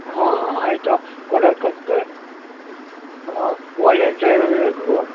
ಹಾಂ ಆಯಿತು ಕೊಡೋಕಷ್ಟೆ ಹಾಂ ಒಳ್ಳೇ ಡ್ರೈವರ್ ಇರಬೇಕು